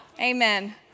amen